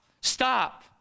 Stop